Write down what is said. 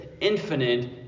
infinite